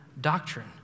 doctrine